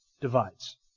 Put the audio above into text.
divides